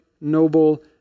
noble